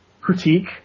critique